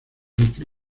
little